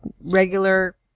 regular